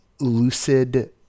lucid